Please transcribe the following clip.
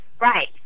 Right